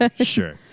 sure